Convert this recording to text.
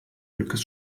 glückes